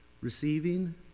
Receiving